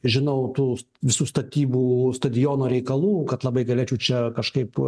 žinau tų visų statybų stadiono reikalų kad labai galėčiau čia kažkaip